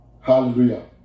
Hallelujah